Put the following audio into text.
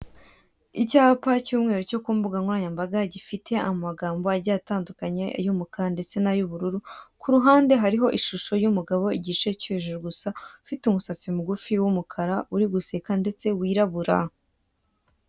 Icyapa cy'umweru cyo ku mbugangoranyambaga, gifite amagambo agiye atandukanye y'umukara ndetse n'ayubururu; ku ruhande hariho ishusho y'umugabo igice cyo hejuru gusa, ufite umusatsi mugufi w'umukara, uriguseka ndetse wirabura.